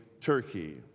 Turkey